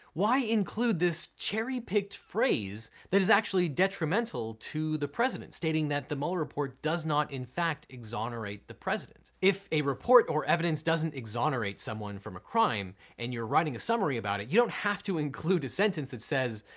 why include this cherry-picked phrase that is actually detrimental to the president, stating that the mueller report does not, in fact, exonerate the president? if a report or evidence doesn't exonerate someone from a crime and you're writing a summary about it, you don't have to include a sentence that says,